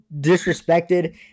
disrespected